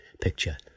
picture